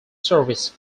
service